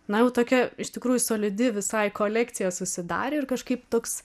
na jau tokia iš tikrųjų solidi visai kolekcija susidarė ir kažkaip toks